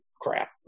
crap